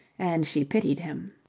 and she pitied him.